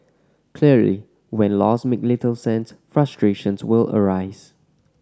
clearly when laws make little sense frustrations will arise